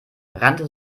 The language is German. rannte